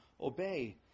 obey